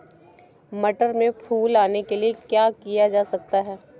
मटर में फूल आने के लिए क्या किया जा सकता है?